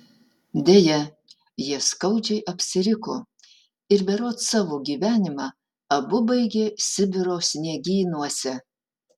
deja jie skaudžiai apsiriko ir berods savo gyvenimą abu baigė sibiro sniegynuose